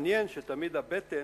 מעניין שתמיד הבטן,